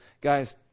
Guys